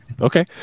okay